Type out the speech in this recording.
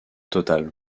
total